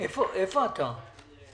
פטור